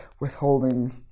withholding